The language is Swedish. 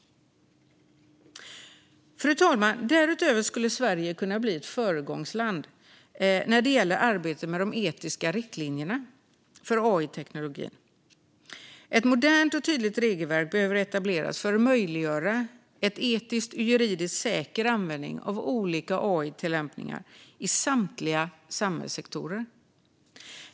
Fru talman! Därutöver skulle Sverige kunna bli ett föregångsland när det gäller arbetet med de etiska riktlinjerna för AI-teknologin. Ett modernt och tydligt regelverk behöver etableras för att möjliggöra en etisk och juridiskt säker användning av olika AI-tillämpningar i samtliga samhällssektorer.